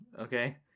Okay